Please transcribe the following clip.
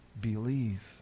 Believe